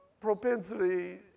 propensity